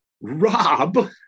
Rob